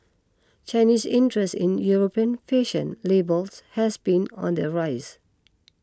Chinese interest in European fashion labels has been on the rise